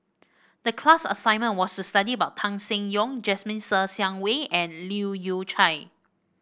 the class assignment was to study about Tan Seng Yong Jasmine Ser Xiang Wei and Leu Yew Chye